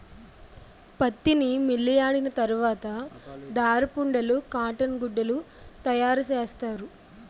పత్తిని మిల్లియాడిన తరవాత దారపుండలు కాటన్ గుడ్డలు తయారసేస్తారు